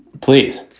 please?